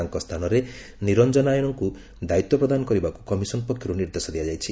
ତାଙ୍କ ସ୍ଥାନରେ ନିରଞ୍ଜନାୟନଙ୍କୁ ଦାୟିତ୍ୱ ପ୍ରଦାନ କରିବାକୁ କମିଶନ ପକ୍ଷରୁ ନିର୍ଦ୍ଦେଶ ଦିଆଯାଇଛି